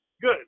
good